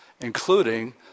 including